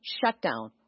shutdown